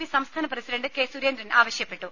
P സംസ്ഥാന president K Surendran ആവശ്യപ്പെട്ടു